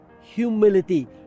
humility